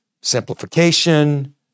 simplification